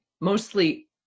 mostly